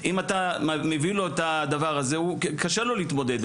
אם אתה מביא לו את הדבר הזה קשה לו להתמודד,